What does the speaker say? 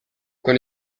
con